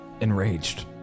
enraged